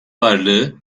varlığı